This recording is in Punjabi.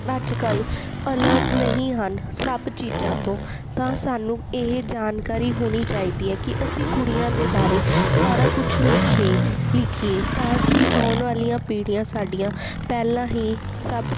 ਅੱਜ ਕੱਲ੍ਹ ਅਲਰਟ ਨਹੀਂ ਹਨ ਸਭ ਚੀਜ਼ਾਂ ਤੋਂ ਤਾਂ ਸਾਨੂੰ ਇਹ ਜਾਣਕਾਰੀ ਹੋਣੀ ਚਾਹੀਦੀ ਹੈ ਕਿ ਅਸੀਂ ਕੁੜੀਆਂ ਦੇ ਬਾਰੇ ਸਾਰਾ ਕੁਛ ਲਿਖੇ ਲਿਖੀਏ ਤਾਂ ਕਿ ਆਉਣ ਵਾਲੀਆਂ ਪੀੜ੍ਹੀਆਂ ਸਾਡੀਆਂ ਪਹਿਲਾਂ ਹੀ ਸਭ